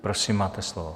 Prosím, máte slovo.